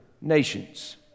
nations